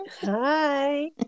Hi